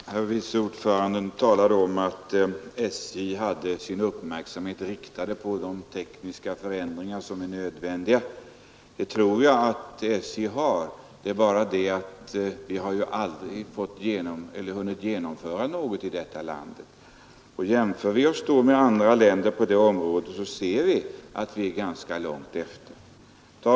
Herr talman! Utskottets vice ordförande talade om att SJ hade sin uppmärksamhet riktad på de tekniska förändringar som är nödvändiga. Det tror jag att SJ har. Det är bara det att vi inte har hunnit särskilt långt i detta land. Jämför vi oss då med andra länder på detta område ser vi att vi är ganska långt efter.